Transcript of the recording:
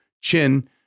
chin